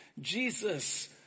Jesus